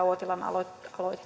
uotilan aloitetta